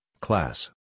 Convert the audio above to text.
class